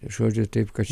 žodžiu taip kad